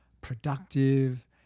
productive